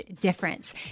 difference